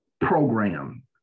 program